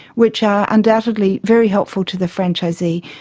which are undoubtedly very helpful to the franchisee,